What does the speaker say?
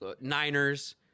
Niners